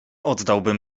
oddałbym